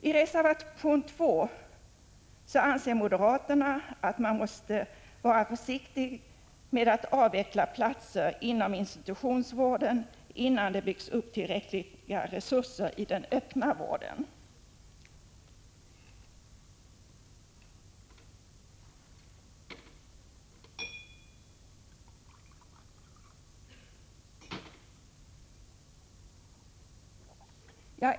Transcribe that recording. I reservation 2 anser moderaterna att man måste vara försiktig med att avveckla platser inom institutionsvården innan det byggts upp tillräckliga resurser i den öppna vården.